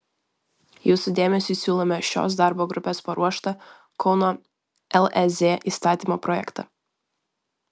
jūsų dėmesiui siūlome šios darbo grupės paruoštą kauno lez įstatymo projektą